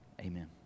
Amen